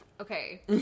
okay